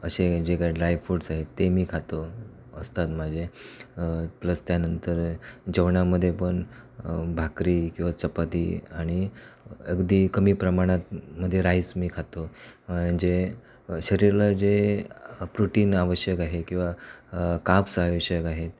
असे जे काय ड्राय फ्रुटस आहेत ते मी खातो असतात माझे प्लस त्यानंतर जेवणामध्ये पण भाकरी किंवा चपाती आणि अगदी कमी प्रमाणात मध्ये राईस मी खातो जे शरीराला जे प्रोटीन आवश्यक आहे किंवा काब्स आवश्यक आहेत